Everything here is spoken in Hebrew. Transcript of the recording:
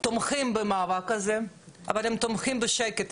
תומכים במאבק הזה אבל הם תומכים בשקט.